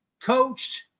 coached